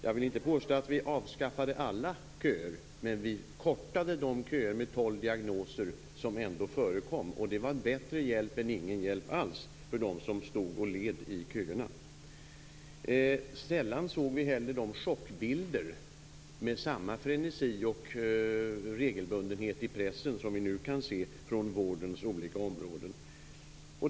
Jag vill inte påstå att vi avskaffade alla köer, men vi kortade de köer för tolv diagnoser som ändå förekom. Det var en bättre hjälp än ingen hjälp alls för dem som stod och led i köerna. Sällan såg vi också de chockbilder, med samma frenesi och regelbundenhet i pressen, som vi nu kan se från vårdens olika områden.